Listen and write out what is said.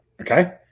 Okay